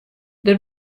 der